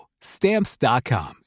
Stamps.com